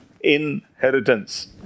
inheritance